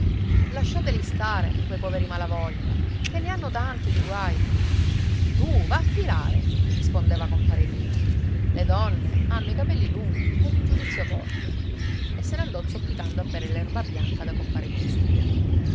lasciateli stare quei poveri malavoglia che ne hanno tanti di guai tu va a filare rispondeva compare tino le donne hanno i capelli lunghi ed il giudizio corto e se ne andò zoppicando a bere l'erbabianca da compare pizzuto